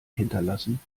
hinterlassen